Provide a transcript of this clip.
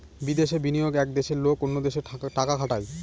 বিদেশে বিনিয়োগ এক দেশের লোক অন্য দেশে টাকা খাটায়